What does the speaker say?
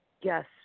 Yes